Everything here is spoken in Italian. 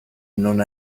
non